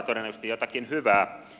todennäköisesti jotakin hyvää